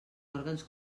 òrgans